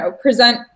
present